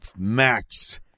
maxed